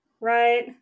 right